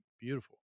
beautiful